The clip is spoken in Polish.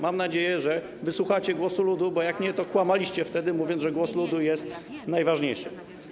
Mam nadzieję, że wysłuchacie głosu ludu, bo jak nie, to znaczy, że kłamaliście wtedy, mówiąc, że głos ludu jest najważniejszy.